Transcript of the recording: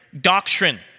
doctrine